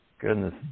Goodness